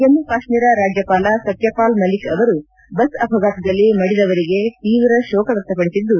ಜಮ್ನು ಕಾಶ್ನೀರ ರಾಜ್ಯಪಾಲ ಸತ್ಯಪಾಲ್ ಮಲ್ಲಿಕ್ ಅವರು ಬಸ್ ಅಪಘಾತದಲ್ಲಿ ಮಡಿದವರಿಗೆ ತೀವ್ರಶೋಕ ವ್ಯಕ್ತಪಡಿಸಿದ್ದು